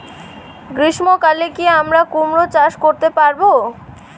গ্রীষ্ম কালে কি আমরা কুমরো চাষ করতে পারবো?